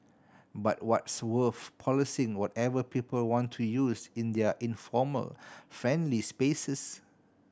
but what's wolf policing whatever people want to use in their informal friendly spaces